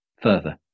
further